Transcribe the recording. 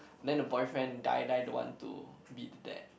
then the boyfriend die die don't want to be the dad